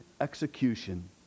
execution